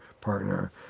partner